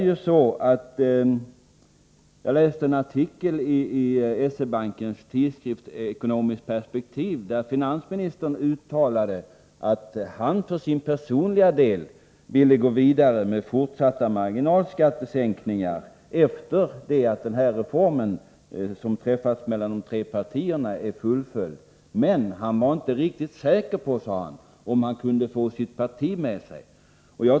Jag läste en artikel i SE-bankens tidskrift Ekonomiskt perspektiv, där finansministern uttalade att han för sin personliga del ville gå vidare med fortsatta marginalskattesänkningar efter det att den reform som överenskommits mellan de tre partierna är fullföljd. Men han var inte riktigt säker på, sade han, om han kunde få sitt parti med sig.